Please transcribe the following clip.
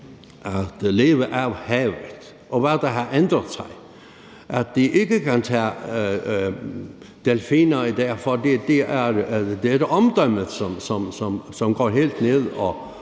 at leve af havet, og hvad der har ændret sig: at de ikke kan tage delfiner i dag, fordi det er omdømmet, som går helt ned,